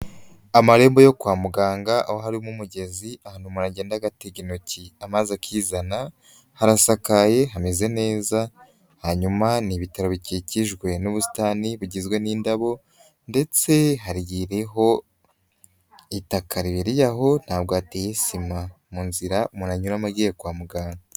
Amarembo yo kwa muganga aho harimo umugezi ahantu umuntu agenda agatega intoki amaze akizana, harasakaye hameze neza, hanyuma n'ibitaro bikikijwe n'ubusitani bigizwe n'indabo ndetse hariho itaka ribereye aho, ntabwo hateyesima, mu nzira umuntu anyuramo agiye kwa muganga.